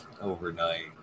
overnight